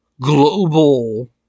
global